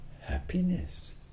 Happiness